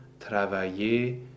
Travailler